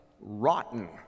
rotten